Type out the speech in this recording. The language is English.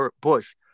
Bush